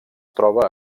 troba